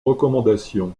recommandations